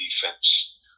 defense